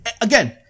Again